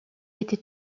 était